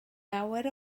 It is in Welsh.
lawer